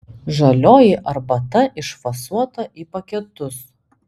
žalioji arbata išfasuota į paketus